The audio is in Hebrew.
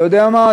אתה יודע מה,